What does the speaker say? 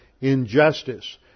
injustice